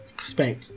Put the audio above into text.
Spank